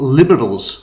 liberals